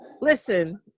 listen